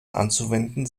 anzuwenden